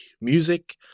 music